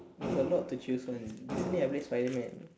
there's a lot to choose one recently I play spiderman